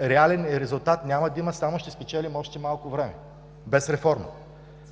реален резултат няма да има, само ще спечелим още малко време без реформа.